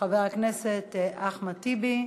חבר הכנסת אחמד טיבי,